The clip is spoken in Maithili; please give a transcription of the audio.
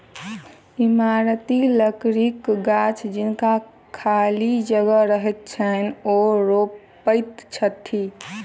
इमारती लकड़ीक गाछ जिनका खाली जगह रहैत छैन, ओ रोपैत छथि